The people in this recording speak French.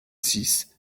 six